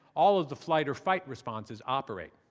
all of the flight-or-fight responses, operate.